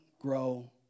grow